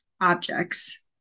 objects